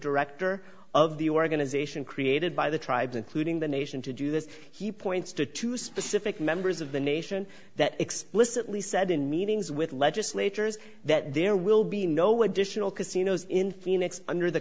director of the organization created by the tribes including the nation to do this he points to two specific members of the nation that explicitly said in meetings with legislators that there will be no additional casinos in phoenix under the